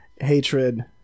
hatred